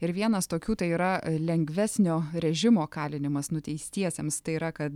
ir vienas tokių tai yra lengvesnio režimo kalinimas nuteistiesiems tai yra kad